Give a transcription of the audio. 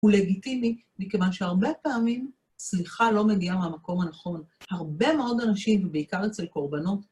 הוא לגיטימי, מכיוון שהרבה פעמים סליחה לא מגיעה מהמקום הנכון. הרבה מאוד אנשים, ובעיקר אצל קורבנות,